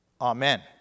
Amen